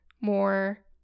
more